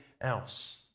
else